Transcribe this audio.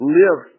live